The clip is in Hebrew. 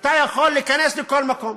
אתה יכול להיכנס לכל מקום.